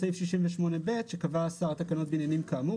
בסעיף 68(ב) "קבע השר תקנות בעניינים כאמור,